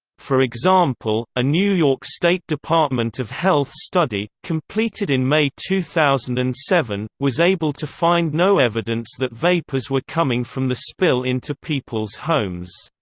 for example, a new york state department of health study, completed in may two thousand and seven, was able to find no evidence that vapors were coming from the spill into people's homes.